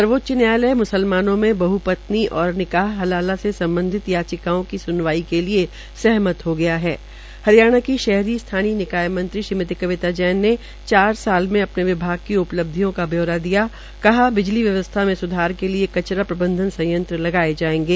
सर्वोच्च न्यायालय मुसलमानों में बह् पत्नी और निकाह हलाला से सम्बधित याचिकाओं की स्नवाई पर सहमत हो गया है हरियाणा की शहरी स्थानीय निकाय मंत्री श्रीमति कविता जैन ने चार साल में अपने विभाग की उपलब्धियों का ब्यौरा दिया कहा बिजली व्यवस्था में स्धार के लिए कचरा प्रबंधन संयंत्र लगाये जायेंगे